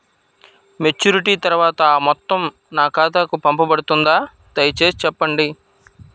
Maturity తర్వాత ఆ మొత్తం నా ఖాతాకు పంపబడుతుందా? దయచేసి చెప్పండి?